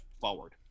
forward